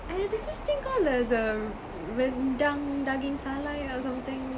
I don't know there's this thing called the the rendang daging salai or something